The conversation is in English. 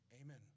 Amen